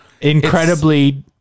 incredibly